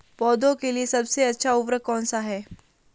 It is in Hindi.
पौधों के लिए सबसे अच्छा उर्वरक कौनसा हैं?